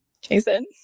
Jason